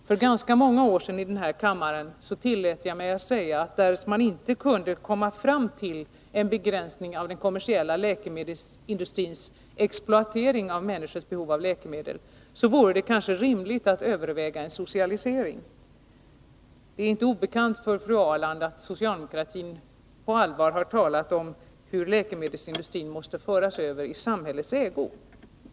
För ganska många år sedan tillät jag mig att i den här kammaren säga att därest man inte kunde komma fram till en begränsning av den kommersiella läkemedelsindustrins exploatering av människors behov av läkemedel, vore det kanske rimligt att överväga en socialisering. Det är inte obekant för fru Ahrland att socialdemokratin på allvar har talat om hur läkemedelsindustrin måste föras över i samhällets ägo.